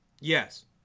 Yes